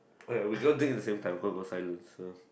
oh ya we go dig in the same time cause got silence so